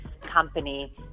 company